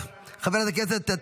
חבר הכנסת אריאל קלנר,